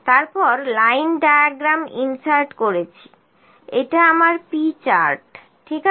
তারপর line diagram insert করেছি এটা আমার P চার্ট ঠিক আছে